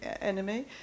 enemy